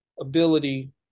ability